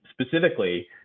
specifically